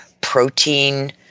protein